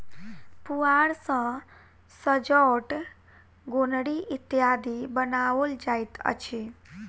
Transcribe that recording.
पुआर सॅ सजौट, गोनरि इत्यादि बनाओल जाइत अछि